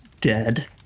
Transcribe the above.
dead